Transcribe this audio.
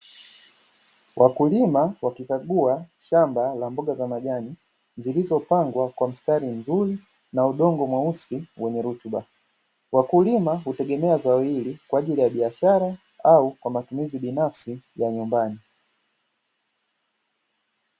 Wakulima wakikagua shamba la mboga za majani, zilizopandwa kwa mstari mzuri na udongo mweusi wenye rutuba, wakulima hutegemea zao hili kwa ajili ya biashara au kwa matumizi binafsi ya nyumbani.